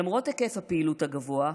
למרות היקף הפעילות הגבוה,